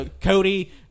Cody